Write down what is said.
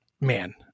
man